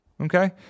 Okay